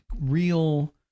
real